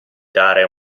dare